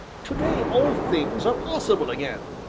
to-day all things are possible again!